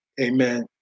amen